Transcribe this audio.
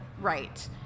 right